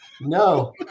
No